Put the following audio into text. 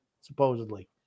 supposedly